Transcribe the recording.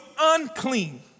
unclean